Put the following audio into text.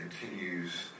continues